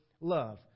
love